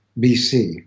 bc